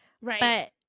Right